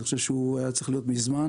אני חושב שהוא היה צריך להיות מזמן.